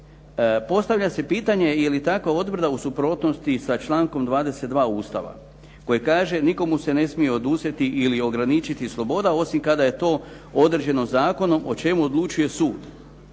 Postavlja se pitanje je li takva odredba u suprotnosti sa člankom 22. Ustava koji kaže nikome se ne može oduzeti ili ograničiti sloboda osim kada je to određeno zakonom o čemu odlučuje sud.